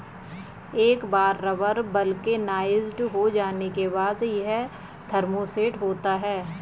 एक बार rubber vulcanised हो जाने के बाद, यह थर्मोसेट होता है